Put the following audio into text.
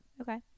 Okay